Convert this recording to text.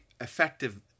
effective